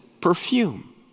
perfume